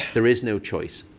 there is no choice.